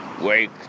Wake